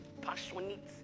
passionate